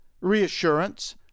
reassurance